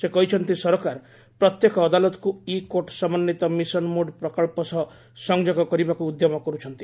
ସେ କହିଛନ୍ତି ସରକାର ପ୍ରତ୍ୟେକ ଅଦାଲତକୁ 'ଇ କୋର୍ଟ ସମନ୍ଦିତ ମିଶନ ମୋଡ୍ ପ୍ରକଳ୍ପ' ସହ ସଂଯୋଗ କରିବାକୁ ଉଦ୍ୟମ କରୁଛନ୍ତି